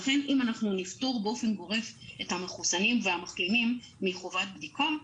לכן אם אנחנו נפטור באופן גורף את המחוסנים והמחלימים מחובת בדיקה,